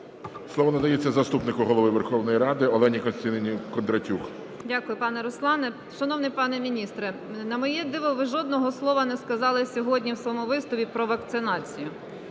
Слово надається заступнику голови Верховної Ради Олені Костянтинівні Кондратюк. 11:03:16 КОНДРАТЮК О.К. Дякую, пане Руслане. Шановний пане міністре, на моє диво, ви жодного слова не сказали сьогодні в своєму виступі про вакцинацію